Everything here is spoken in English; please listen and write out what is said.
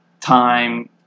time